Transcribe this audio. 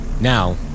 Now